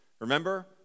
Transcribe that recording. Remember